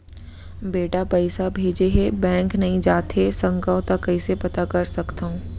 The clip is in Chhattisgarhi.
बेटा पइसा भेजे हे, बैंक नई जाथे सकंव त कइसे पता कर सकथव?